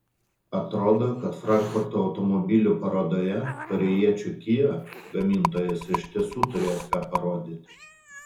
atrodo kad frankfurto automobilių parodoje korėjiečių kia gamintojas iš tiesų turės ką parodyti